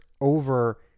over